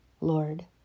Lord